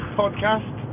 podcast